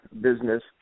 business